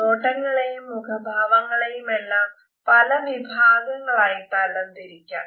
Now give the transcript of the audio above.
നോട്ടങ്ങളെയും മുഖഭാവങ്ങളെയുമെല്ലാം പല വിഭാഗങ്ങളായി തരംതിരിക്കാം